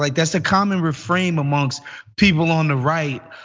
like that's a common refrain amongst people on the right.